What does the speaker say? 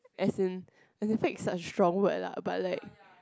as in as in fake is such lah but like